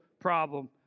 problem